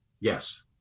Yes